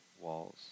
walls